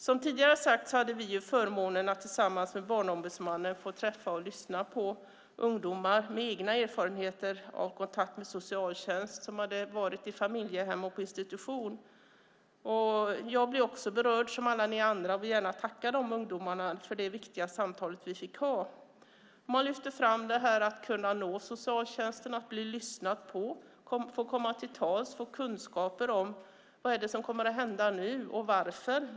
Som tidigare har sagts hade vi förmånen att tillsammans med Barnombudsmannen få träffa och lyssna på ungdomar med egna erfarenheter av kontakter med socialtjänsten. Dessa ungdomar hade varit i familjehem och på institutioner. Jag blev också berörd, som alla ni andra, och vill gärna tacka dessa ungdomar för det viktiga samtalet vi fick ha med dem. De lyfte fram att det var viktigt att kunna nå socialtjänsten, att bli lyssnad på, att få komma till tals och att få kunskaper om vad som kommer att hända med dem och varför.